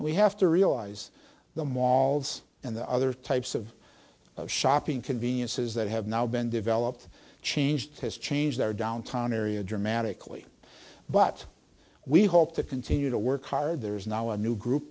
we have to realize the malls and the other types of shopping conveniences that have now been developed changed has changed our downtown area dramatically but we hope to continue to work hard there is now a new group